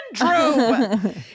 Andrew